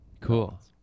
Cool